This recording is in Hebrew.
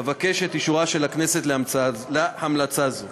אבקש את אישורה של הכנסת להמלצה זו.